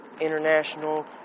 international